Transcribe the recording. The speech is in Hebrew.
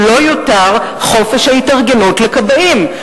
שלא עוד חופש ההתארגנות לכבאים.